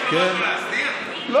יש לו משהו להסתיר?